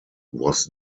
was